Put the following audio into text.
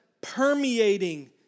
permeating